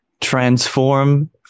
transform